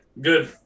Good